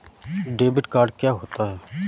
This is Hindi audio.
डेबिट कार्ड क्या होता है?